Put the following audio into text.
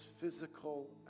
physical